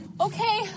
Okay